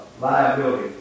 liability